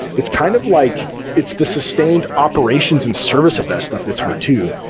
it's kind of like it's the sustained operations and service of that stuff it's hard too.